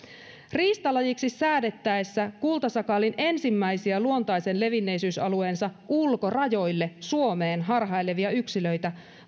riistalajiksi säädettäessä kultasakaalin ensimmäisiä luontaisen levinneisyysalueensa ulkorajoille suomeen harhailevia yksilöitä